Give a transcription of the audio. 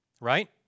right